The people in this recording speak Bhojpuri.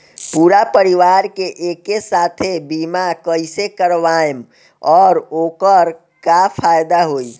पूरा परिवार के एके साथे बीमा कईसे करवाएम और ओकर का फायदा होई?